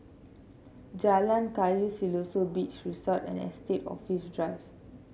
Jalan Kayu Siloso Beach Resort and Estate Office Drive